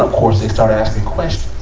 of course, they start asking questions.